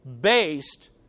based